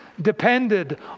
depended